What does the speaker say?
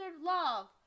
love